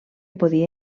podia